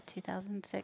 2006